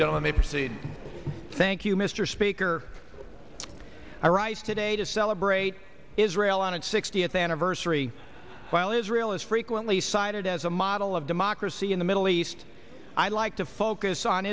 gentlemen proceed thank you mr speaker i rise today to celebrate israel on its sixtieth anniversary while israel is frequently cited as a model of democracy in the middle east i'd like to focus on